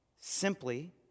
Simply